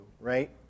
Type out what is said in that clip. right